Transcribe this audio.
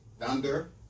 Thunder